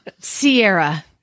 Sierra